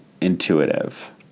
intuitive